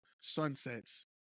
Sunsets